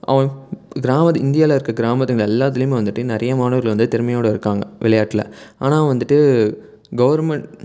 அவன் கிராமத்து இந்தியாவில் இருக்க கிராமத்துங்களில் எல்லாத்துலேயுமே வந்துட்டு நிறைய மாணவர்கள் வந்து திறமையோட இருக்காங்க விளையாட்டில் ஆனால் வந்துட்டு கவுர்மென்ட்